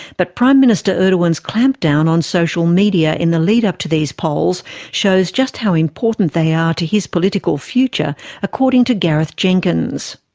but prime minister erdogan's clampdown on social media in the lead-up to these polls shows just how important they are to his political future, according to gareth jenkins.